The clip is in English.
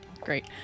Great